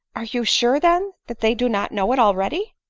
are you sure, then, that they do not know it already?